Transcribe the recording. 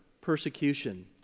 persecution